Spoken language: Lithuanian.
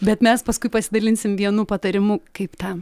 bet mes paskui pasidalinsim vienu patarimu kaip tą